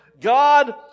God